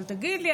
אבל תגיד לי,